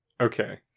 Okay